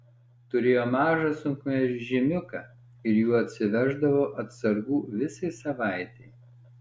turėjo mažą sunkvežimiuką ir juo atsiveždavo atsargų visai savaitei